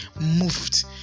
moved